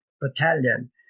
battalion